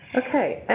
okay.